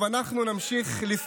מה קרה?